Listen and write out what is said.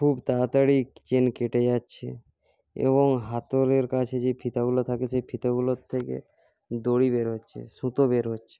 খুব তাড়াতাড়ি চেন কেটে যাচ্ছে এবং হাতলের কাছে যে ফিতেগুলা থাকে সেই ফিতেগুলো থেকে দড়ি বেরোচ্ছে সুতো বেরোচ্ছে